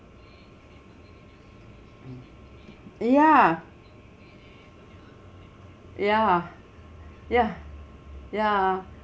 ya ya ya ya